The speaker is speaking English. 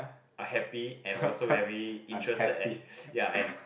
I happy and also very interested at ya and